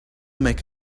make